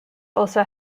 also